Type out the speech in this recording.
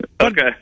Okay